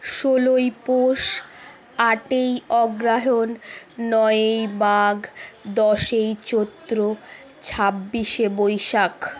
ষোলোই পৌষ আটই অগ্রহায়ণ নয়ই মাঘ দশই চৈত্র ছাব্বিশে বৈশাখ